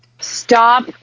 Stop